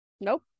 Nope